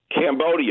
Cambodia